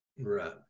right